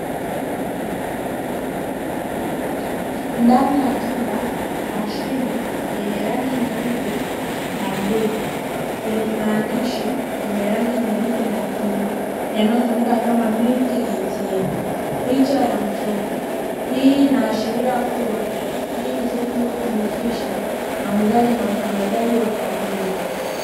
Ndani ya chumba mashine yenye rangi nyeupe ne bluu yenye maandishi yenye rangi nyeupe na bluu, yaliyoandikwa "MILK ATM" picha ya mtoto, hii inaashiria kuwa hii ni sehemu inayojihusisha na uuzaji na usambazaji wa maziwa.